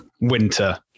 winter